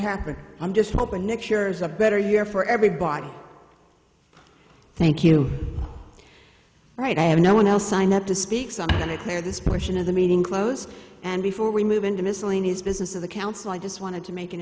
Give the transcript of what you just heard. happen i'm just hoping next year is a better year for everybody thank you right i have no one else signed up to speak something to clear this portion of the meeting close and before we move into miscellaneous business of the council i just wanted to make an